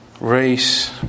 race